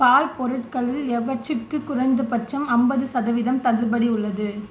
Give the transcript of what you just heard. பால் பொருட்களில் எவற்றுக்குக் குறைந்தபட்சம் ஐம்பது சதவீகிதம் தள்ளுபடி உள்ளது